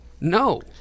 No